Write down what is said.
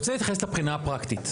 אני רוצה להתייחס לבחינה הפרקטית.